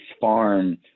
farm